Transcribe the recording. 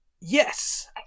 Yes